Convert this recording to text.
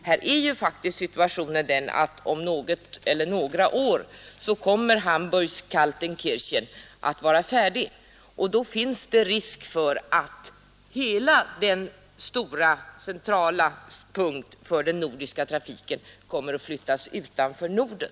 Situationen är faktiskt den att Hamburgs Kaltenkirchen om något eller några år kommer att vara färdig, och då finns det risk för att hela den stora centrala punkten för den nordiska trafiken kommer att flyttas utanför Norden.